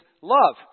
love